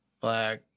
Black